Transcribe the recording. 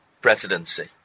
presidency